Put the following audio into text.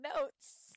notes